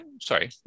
sorry